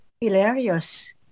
Hilarious